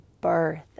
birth